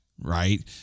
right